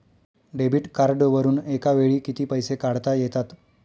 Debit कार्डवरुन एका वेळी किती पैसे काढता येतात?